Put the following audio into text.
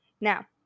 Now